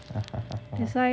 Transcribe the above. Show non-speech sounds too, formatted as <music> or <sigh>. <laughs>